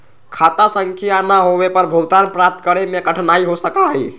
खाता संख्या ना होवे पर भुगतान प्राप्त करे में कठिनाई हो सका हई